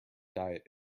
diet